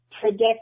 predict